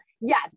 yes